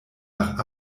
nach